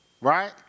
Right